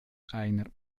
einer